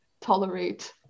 tolerate